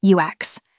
UX